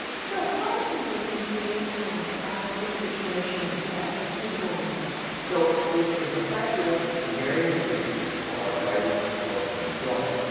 so what are some of the injuries and arthritic situations that that this will work with? so it is effective to varying degrees for arthritis of any joint.